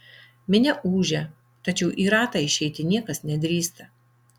minia ūžia tačiau į ratą išeiti niekas nedrįsta